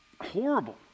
horrible